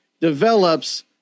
develops